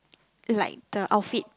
like the outfit